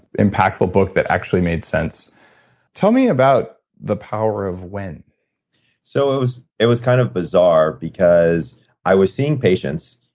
impactful book that actually made sense tell me about the power of when so, it was it was kind of bizarre because i was seeing patients,